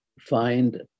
find